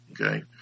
okay